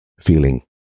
feeling